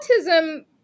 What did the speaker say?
autism